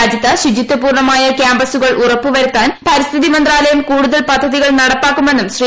രാജ്യത്ത് ശുചിത്വപൂർണമായ ക്യാമ്പസുകൾ ഉറപ്പു വരുത്തുവാൻ പരിസ്ഥിതി മന്ത്രാലയം കൂടുതൽ പദ്ധതികൾ നടപ്പാക്കുമെന്നും ശ്രീ